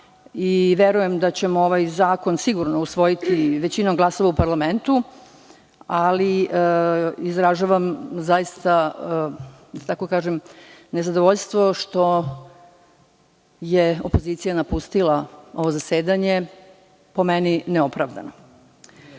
verujem da ćemo ovaj zakon sigurno usvojiti većinom glasova u parlamentu, ali izražavam nezadovoljstvo što je opozicija napustila ovo zasedanje, po meni neopravdano.